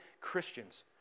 Christians